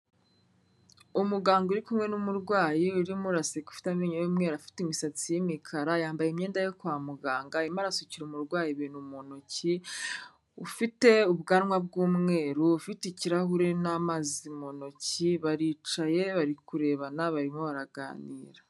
Umuganga uri kumwe n'umurwayi urimo uraseka ufite amenyo y'umweru afite imisatsi y'imikara, yambaye imyenda yo kwa muganga arimo arasukira umurwayi ibintu mu ntoki, ufite ubwanwa b'umweru ufite ikirahure n'amazi mu ntoki baricaye bari kurebana barimo baraganira.